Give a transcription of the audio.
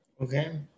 Okay